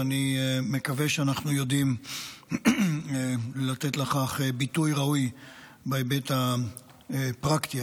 ואני מקווה שאנחנו יודעים לתת לכך ביטוי ראוי בהיבט הפרקטי,